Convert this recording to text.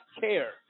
care